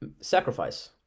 sacrifice